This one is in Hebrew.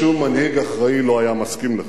חבר הכנסת, אין ויכוח.